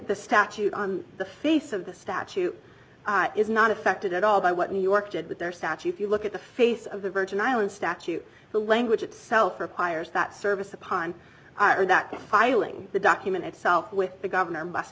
the statute on the face of the statute is not affected at all by what new york did with their statue if you look at the face of the virgin island statute the language itself requires that service upon that filing the document itself with the governor must